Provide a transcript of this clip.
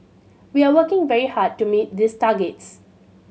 we are working very hard to meet these targets